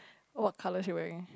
what color she wearing